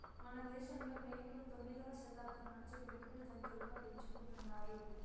మనదేశంలో మేకలు తొమ్మిదవ శతాబ్దం నుంచే పెంపుడు జంతులుగా పెంచుకుంటున్నారు